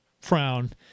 frown